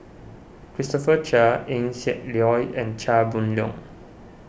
Christopher Chia Eng Siak Loy and Chia Boon Leong